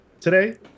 today